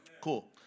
Cool